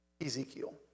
Ezekiel